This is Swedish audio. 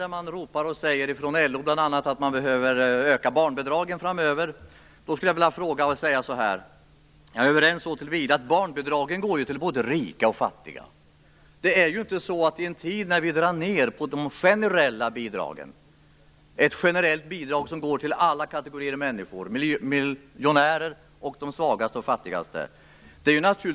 Bl.a. LO ropar efter en höjning av barnbidragen framöver. Barnbidragen går till både rika och fattiga. I en tid när vi drar ned på bidragen skall vi naturligtvis inte fortsätta att satsa på ett generellt bidrag som går till alla kategorier av människor, såväl till miljonärer som till de svagaste och fattigaste.